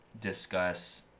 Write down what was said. discuss